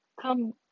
Come